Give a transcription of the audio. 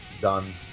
done